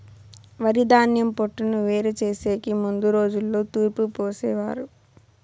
వరిధాన్యం పొట్టును వేరు చేసెకి ముందు రోజుల్లో తూర్పు పోసేవారు